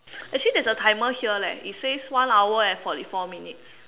actually there's a timer here leh it says one hour and forty four minutes